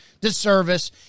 disservice